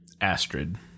Astrid